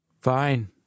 Fine